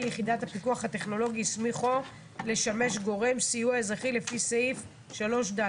יחידת הפיקוח הטכנולוגי הסמיכו לשמש גורם סיוע אזרחי לפי סעיף 3ד,